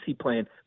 plan